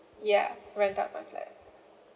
yeah rent out my flat